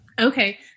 okay